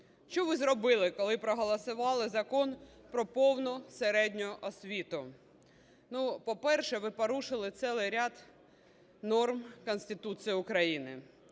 Що ви зробили, коли проголосували Закон "Про повну середню освіту"? По-перше, ви порушили цілий ряд норм Конституції України,